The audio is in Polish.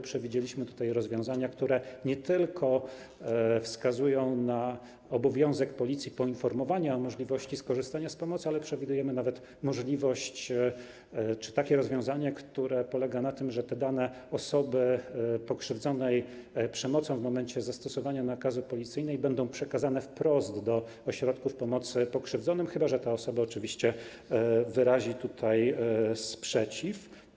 Przewidzieliśmy rozwiązania, które nie tylko wskazują na obowiązek Policji polegający na poinformowaniu o możliwości skorzystania z pomocy, ale przewidujemy nawet możliwość czy takie rozwiązanie, które polega na tym, że dane osoby pokrzywdzonej przez przemoc w momencie zastosowania nakazu policyjnego będą przekazane wprost do ośrodków pomocy pokrzywdzonym, chyba że ta osoba oczywiście wyrazi sprzeciw.